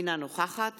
אינה נוכחת